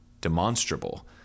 demonstrable